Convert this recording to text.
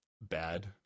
bad